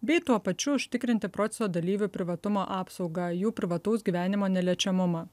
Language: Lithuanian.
bei tuo pačiu užtikrinti proceso dalyvių privatumo apsaugą jų privataus gyvenimo neliečiamumą